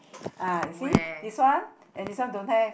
uh you see this one and this one don't have